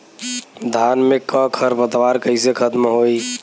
धान में क खर पतवार कईसे खत्म होई?